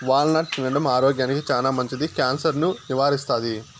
wall నట్ తినడం ఆరోగ్యానికి చానా మంచిది, క్యాన్సర్ ను నివారిస్తాది